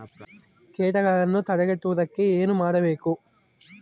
ಕೇಟಗಳನ್ನು ತಡೆಗಟ್ಟುವುದಕ್ಕೆ ಏನು ಮಾಡಬೇಕು?